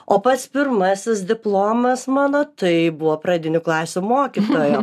o pats pirmasis diplomas mano tai buvo pradinių klasių mokytojo